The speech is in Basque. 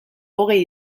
hogei